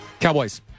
Cowboys